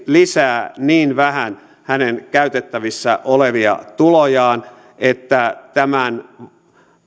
lisää niin vähän hänen käytettävissä olevia tulojaan että tämän